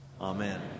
Amen